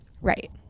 right